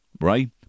Right